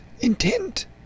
intent